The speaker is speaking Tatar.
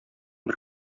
бер